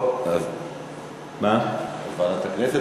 לוועדת הכנסת?